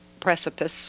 precipice